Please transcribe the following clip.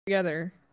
Together